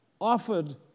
offered